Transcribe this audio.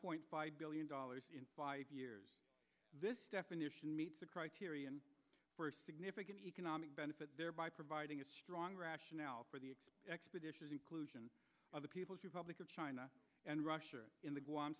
point five billion dollars in five years this definition meets a criterion for significant economic benefit thereby providing a strong rationale for the expeditious inclusion of the people's republic of china and russia in the